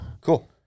Cool